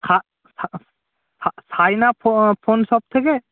হাঁ হাঁ হাঁ সাইন আপ ফোন শপ থেকে